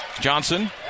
Johnson